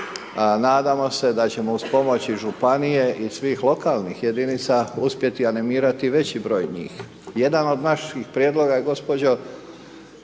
Nadamo se da ćemo uz pomoć i županije i svih lokalnih jedinica uspjeti animirati i veći broj njih. Jedan od naših prijedloga je gospođo,